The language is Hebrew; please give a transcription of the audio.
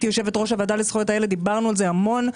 כיושבת-ראש הוועדה לזכויות הילד דיברנו על זה המון,